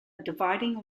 dividing